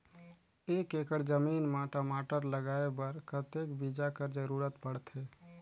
एक एकड़ जमीन म टमाटर लगाय बर कतेक बीजा कर जरूरत पड़थे?